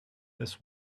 this